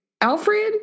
alfred